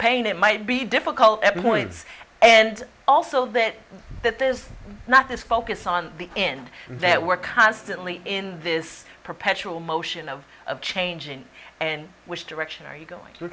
pain it might be difficult every point and also a bit that there's not this focus on the end that we're constantly in this perpetual motion of of changing and which direction are you going to